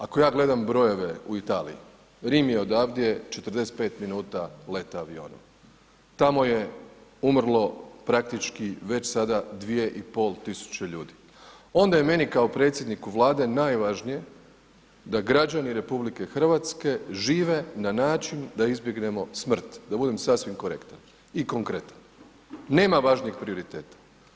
Ako ja gledam brojeve u Italiji, Rim je odavde 45 minuta leta avionom, tamo je umrlo praktički već sada 2.500 ljudi, onda je meni kao predsjedniku Vlade najvažnije da građani RH žive na način da izbjegnemo smrt, da budem sasvim korektan i konkretan, nema važnijeg prioriteta.